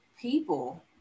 people